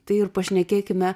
tai ir pašnekėkime